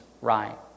right